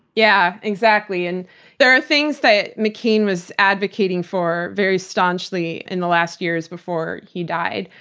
yeah, exactly. and there are things that mccain was advocating for very staunchly in the last years before he died.